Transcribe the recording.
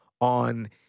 on